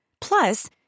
Plus